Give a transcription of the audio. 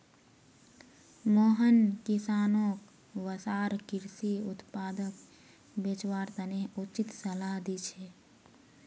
मोहन किसानोंक वसार कृषि उत्पादक बेचवार तने उचित सलाह दी छे